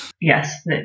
Yes